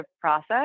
process